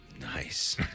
Nice